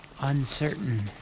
uncertain